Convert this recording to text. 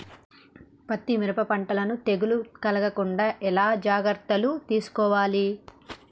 పత్తి మిరప పంటలను తెగులు కలగకుండా ఎలా జాగ్రత్తలు తీసుకోవాలి?